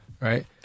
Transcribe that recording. right